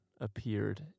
appeared